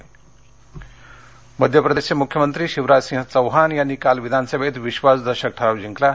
मप्र मध्य प्रदेशचे मुख्यमंत्री शिवराज सिंह चौहान यांनी काल विधानसभेत विश्वासदर्शक ठराव जिंकला आहे